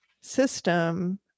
system